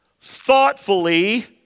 thoughtfully